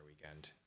weekend